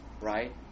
right